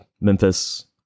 Memphis